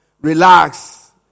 Relax